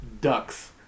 Ducks